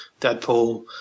Deadpool